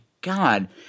God